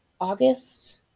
August